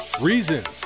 Reasons